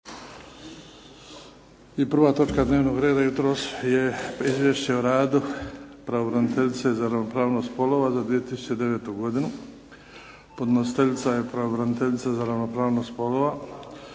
Luka (HDZ)** Prelazimo na Izvješće o radu Pravobraniteljice za ravnopravnost spolova za 2009. godinu. Podnositeljica Pravobraniteljica za ravnopravnost spolova.